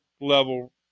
level